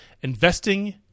Investing